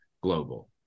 Global